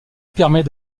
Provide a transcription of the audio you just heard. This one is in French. permet